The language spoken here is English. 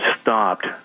stopped